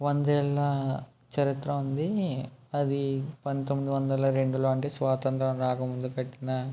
వందేళ్ళ చరిత్ర ఉంది అది పంతొమ్మిది వందల రెండులో అంటే అది స్వాతంత్రం రాకముందు కట్టిన